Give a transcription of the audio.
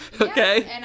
Okay